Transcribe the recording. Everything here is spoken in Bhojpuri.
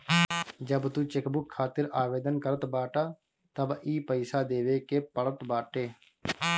जब तू चेकबुक खातिर आवेदन करत बाटअ तबे इ पईसा देवे के पड़त बाटे